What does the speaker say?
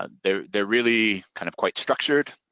ah they're they're really kind of quite structured,